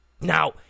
now